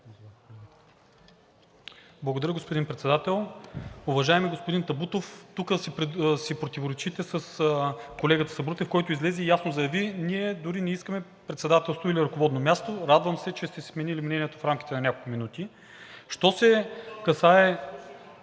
Благодаря, господин Председател. Уважаеми господин Табутов, тук си противоречите с колегата Сабрутев, който излезе и ясно заяви: ние дори не искаме председателство или ръководно място. Радвам се, че сте си сменили мнението в рамките на няколко минути. Що се касае